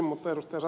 mutta ed